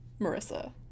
Marissa